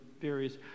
various